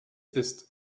ist